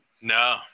No